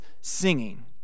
singing